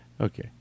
Okay